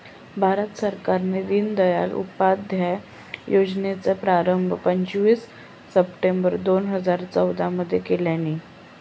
भारत सरकारान दिनदयाल उपाध्याय योजनेचो प्रारंभ पंचवीस सप्टेंबर दोन हजार चौदा मध्ये केल्यानी